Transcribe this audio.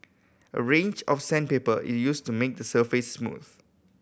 a range of sandpaper is used to make the surface smooth